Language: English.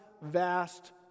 vast